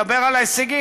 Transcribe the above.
דבר על ההישגים,